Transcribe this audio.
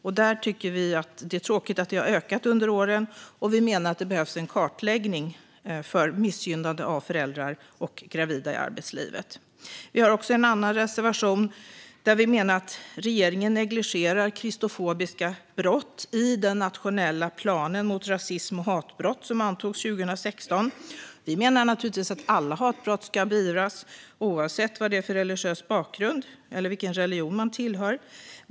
Det är tråkigt att denna typ av diskriminering har ökat under åren. Vi menar att det behövs en kartläggning när det gäller missgynnande av föräldrar och gravida i arbetslivet. I en annan av våra reservationer menar vi att regeringen negligerar kristofobiska brott i den nationella planen mot rasism och hatbrott som antogs 2016. Vi menar naturligtvis att alla hatbrott ska beivras, oavsett religion.